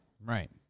right